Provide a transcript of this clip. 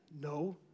no